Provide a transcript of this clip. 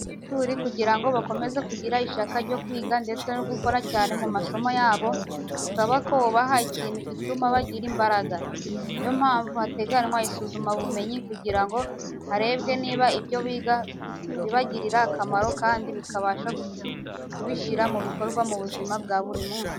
Abanyeshuri kugira ngo bakomeze kugira ishyaka ryo kwiga ndetse no gukora cyane mu masomo yabo, bisaba ko ubaha ikintu gituma bagira imbaraga. Ni yo mpamvu hateganwa isuzumabumenyi kugira ngo harebwe niba ibyo biga bibagirira akamaro kandi babasha kubishyira mu bikorwa mu buzima bwa buri munsi.